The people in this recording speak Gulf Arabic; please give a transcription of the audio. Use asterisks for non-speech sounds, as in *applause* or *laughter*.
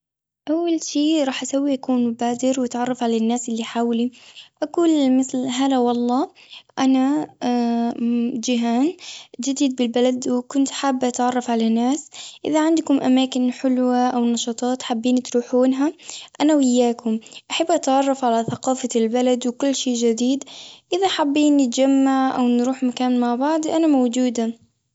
أول شي راح أسوي أكون بادر، وأتعرف على الناس اللي حولي. أقول *hesitation* مثل هلا والله، أنا *hesitation* جيهان، جديد بالبلد، وكنت حابة اتعرف على ناس. إذا عندكم أماكن حلوة، أو نشاطات حابين تروحونها، أنا واياكم. أحب اتعرف على ثقافة *noise* البلد، وكل شي جديد. إذا حابين نتجمع، أو نروح مكان مع بعض، أنا موجودة.